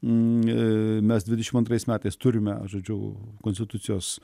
ne mes dvidešimt antrais metais turime žodžiu konstitucijos